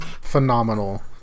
phenomenal